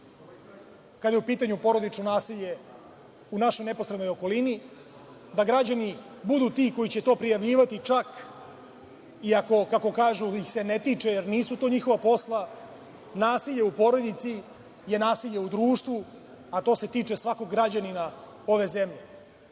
kada je u pitanju porodično nasilje u našoj neposrednoj okolini, da građani budu ti koji će to prijavljivati, čak i, kako kažu, ih se ne tiče jer nisu to njihova posla. Nasilje u porodici je nasilje u društvu, a to se tiče svakog građanina ove zemlje